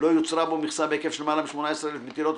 לא יוצרה בו מכסה בהיקף של למעלה מ-18,000 מטילות,